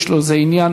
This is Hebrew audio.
יש לו איזה עניין,